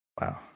wow